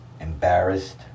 Embarrassed